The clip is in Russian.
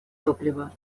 топливо